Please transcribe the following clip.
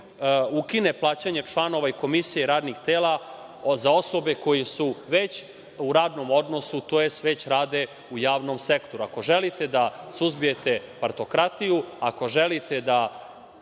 ukine plaćanje članova komisija i radnih tela za osobe koje su već u radnom odnosu, tj već rade u javnom sektoru. Ako želite da suzbijete partokratiju, ako želite se